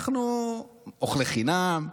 אנחנו אוכלי חינם,